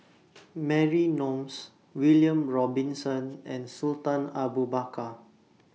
Mary Gomes William Robinson and Sultan Abu Bakar